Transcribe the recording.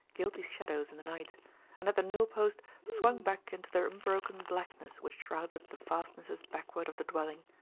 guilty shadows in the night and at the newel-post swung back into the unbroken blackness which shrouded the fastnesses backward of the dwelling.